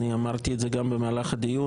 אני אמרתי את זה גם במהלך הדיון.